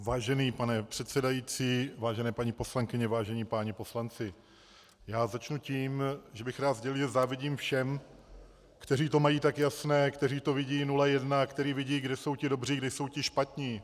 Vážený pane předsedající, vážené paní poslankyně, vážení páni poslanci, já začnu tím, že bych rád sdělil, že závidím všem, kteří to mají tak jasné, kteří to vidí 0:1, kteří vidí, kde jsou ti dobří, kde jsou ti špatní.